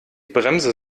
bremse